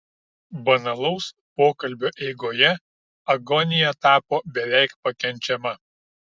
banalaus pokalbio eigoje agonija tapo beveik pakenčiama